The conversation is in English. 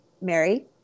Mary